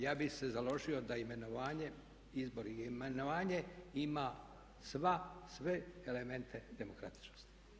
Ja bih se založio da imenovanje, izbor i imenovanje ima sve elemente demokratičnosti.